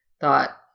thought